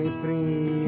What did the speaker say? free